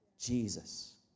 Jesus